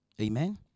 Amen